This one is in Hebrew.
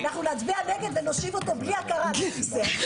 אנחנו נצביע נגד ונושיב אותו בלי הכרה בכיסא.